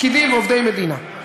פקידים עובדי מדינה.